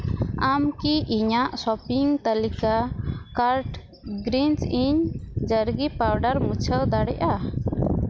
ᱟᱢ ᱠᱤ ᱤᱧᱟᱹᱜ ᱥᱚᱯᱤᱝ ᱛᱟᱹᱞᱤᱠᱟ ᱠᱟᱨᱰ ᱜᱨᱤᱧᱡᱼᱤᱱ ᱡᱟᱨᱜᱤ ᱯᱟᱣᱰᱟᱨ ᱢᱩᱪᱟᱹᱣ ᱫᱟᱲᱮᱜᱼᱟ